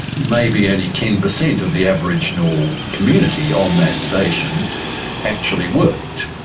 maybe only ten percent of the aboriginal community on that station actually worked.